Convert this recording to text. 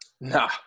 Nah